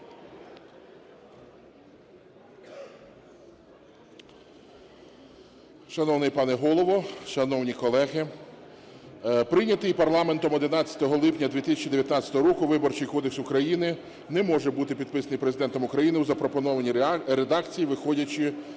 Шановний пане Голово, шановні колеги, прийнятий парламентом 11 липня 2019 року Виборчий кодекс України не може бути підписаний Президентом України в запропонованій редакції, виходячи з